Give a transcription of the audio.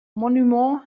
monument